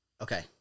Okay